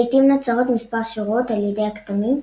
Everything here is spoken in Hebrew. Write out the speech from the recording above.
לעיתים נוצרות מספר שורות על ידי הכתמים,